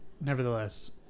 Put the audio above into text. nevertheless